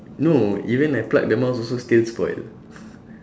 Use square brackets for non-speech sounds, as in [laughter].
no even I plug the mouse also still spoil [laughs]